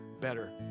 better